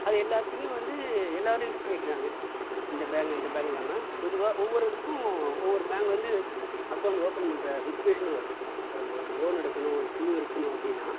அது எல்லாத்தையும் வந்து எல்லோரும் யூஸ் பண்ணிகிட்ருக்காங்க இந்த பேங்க் அந்த பேங்க் இல்லாமல் பொதுவாக ஒவ்வொரு இதுக்கும் ஒவ்வொரு பேங்க் வந்து அகோண்ட் ஓப்பன் பண்ணுற சுச்சுவேஷன் வருது இப்போ நம்ம ஒரு லோன் எடுக்கணும் ஒரு குழு எடுக்கணும் அப்படின்னா